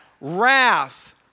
Wrath